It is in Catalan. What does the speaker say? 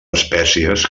espècies